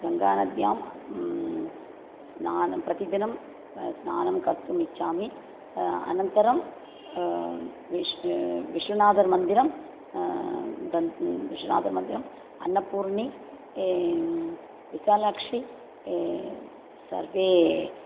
गङ्गानद्यां स्नानं प्रतिदिनं स्नानं कर्तुम् इच्छामि अनन्तरं विश् विश्वनाथमन्दिरं गन्त् विश्वनाथमन्दिरम् अन्नपूर्णा या विशालाक्षि ये सर्वे